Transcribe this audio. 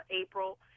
April